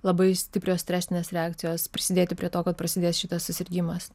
labai stiprios stresinės reakcijos prisidėti prie to kad prasidės šitas susirgimas